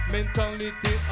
Mentality